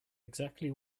exactly